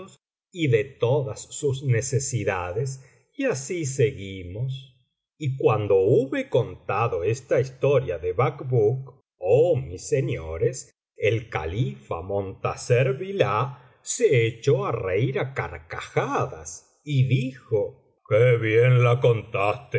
y de todas sus necesidades y así seguimos y cuando hube contado esta historia de bacbuk oh mis señores el califa montasser billah se echó á reir á carcajadas y dijo qué bien la contaste